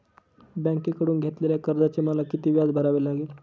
बँकेकडून घेतलेल्या कर्जाचे मला किती व्याज भरावे लागेल?